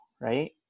right